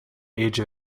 age